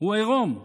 הוא עירום,